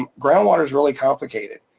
um groundwater is really complicated,